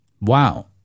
Wow